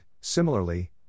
similarly